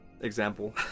Example